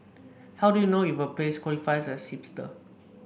how do you know if a place qualifies as hipster